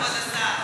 כבוד השר.